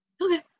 Okay